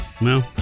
No